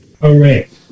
Correct